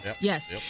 Yes